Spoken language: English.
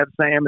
sam